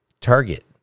Target